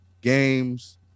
games